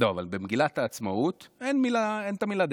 לא, אבל במגילת העצמאות אין את המילה "דמוקרטיה".